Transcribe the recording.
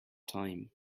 time